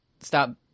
stop